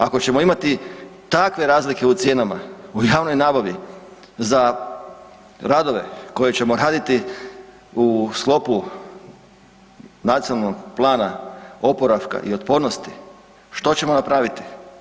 Ako ćemo imati takve razlike u cijenama u javnoj nabavi za radove koje ćemo raditi u sklopu Nacionalnog plana oporavka i otpornosti, što ćemo napraviti?